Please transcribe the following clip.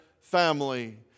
family